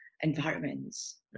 environments